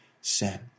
sin